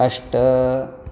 अष्ट